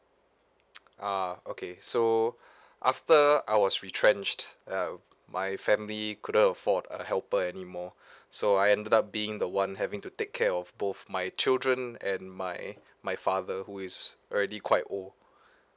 ah okay so after I was retrenched uh my family couldn't afford a helper anymore so I ended up being the one having to take care of both my children and my my father who is already quite old